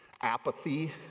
apathy